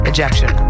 Ejection